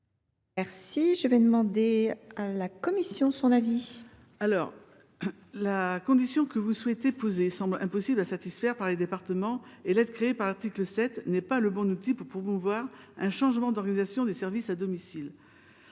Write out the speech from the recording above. est l’avis de la commission ? Ma chère collègue, la condition que vous souhaitez poser semble impossible à satisfaire par les départements, et l’aide créée par l’article 7 n’est pas le bon outil pour promouvoir un changement d’organisation des services à domicile.